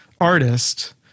artist